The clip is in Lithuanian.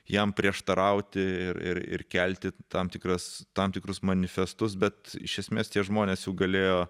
jam prieštarauti ir ir kelti tam tikras tam tikrus manifestus bet iš esmės tie žmonės jau galėjo